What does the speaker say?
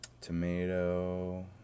Tomato